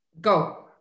Go